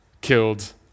killed